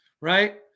right